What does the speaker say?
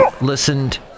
listened